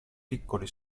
piccoli